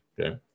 okay